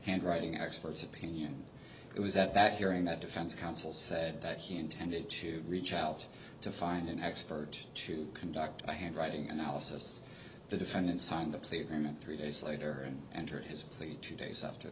handwriting experts opinion it was at that hearing that defense counsel said that he intended to reach out to find an expert to conduct a handwriting analysis the defendant signed the plea agreement three days later and enter his plea two days after